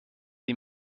die